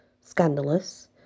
scandalous